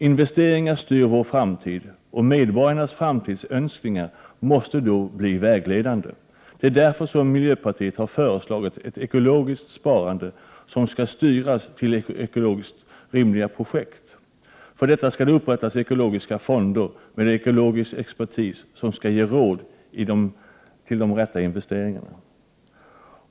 Investeringar styr vår framtid, och medborgarnas framtidsönskningar måste då bli vägledande. Det är därför som miljöpartet föreslagit ett ekologiskt sparande, som skall styras till ekologiskt rimliga projekt. För detta skall det upprättas ekologiska fonder med ekologisk expertis, som skall ge råd om de rätta investeringarna.